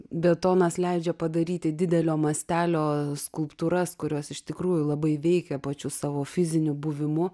betonas leidžia padaryti didelio mastelio skulptūras kurios iš tikrųjų labai veikia pačiu savo fiziniu buvimu